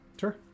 sure